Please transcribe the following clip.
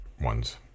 ones